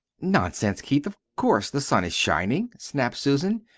nonsense, keith, of course, the sun is shinin'! snapped susan.